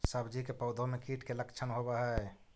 सब्जी के पौधो मे कीट के लच्छन होबहय?